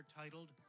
titled